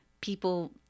people